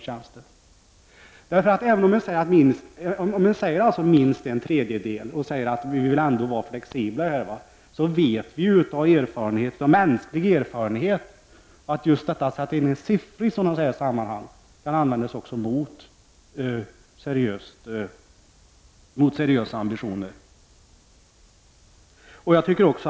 Säger man att det skall vara minst en tredjedel, trots att man säger sig vilja vara flexibel, vet vi ju av mänsklig erfarenhet att siffror i sådana här sammanhang kan användas mot seriösa ambitioner.